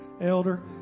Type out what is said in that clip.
Elder